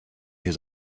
his